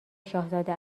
شاهزاده